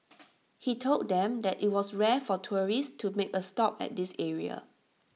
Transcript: he told them that IT was rare for tourists to make A stop at this area